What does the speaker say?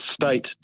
state